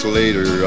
later